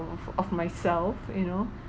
of of myself you know